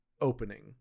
opening